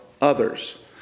others